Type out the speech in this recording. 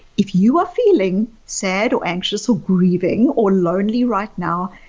if you are feeling sad or anxious or grieving or lonely right now,